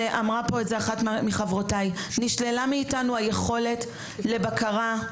ואמרה פה אחת מחברותיי נשללה מאיתנו היכולת לבקרה,